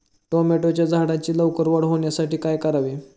टोमॅटोच्या झाडांची लवकर वाढ होण्यासाठी काय करावे?